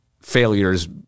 failures